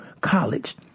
college